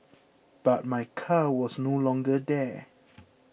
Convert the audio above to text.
but my car was no longer there